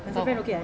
ya